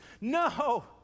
No